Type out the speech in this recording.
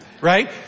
Right